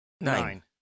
nine